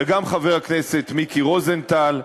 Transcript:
וגם חבר הכנסת מיקי רוזנטל,